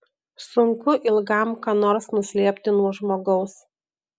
sunku ilgam ką nors nuslėpti nuo žmogaus